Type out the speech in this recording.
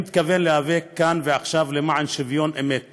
אני מתכוון להיאבק כאן ועכשיו למען שוויון אמת